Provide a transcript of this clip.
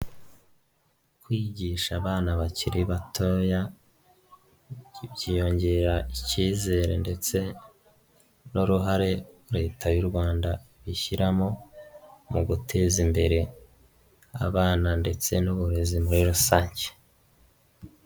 Kwigisha abana bakiri batoya byongera icyizere ndetse n'uruhare leta y'u Rwanda ishyiramo mu guteza imbere abana ndetse n'uburezi muri rusange.